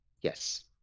Yes